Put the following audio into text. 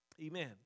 Amen